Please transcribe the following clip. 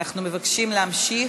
אנחנו מבקשים להמשיך.